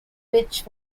which